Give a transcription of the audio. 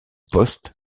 post